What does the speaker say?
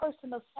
personal